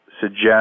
suggest